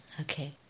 okay